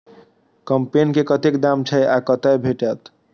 कम्पेन के कतेक दाम छै आ कतय भेटत?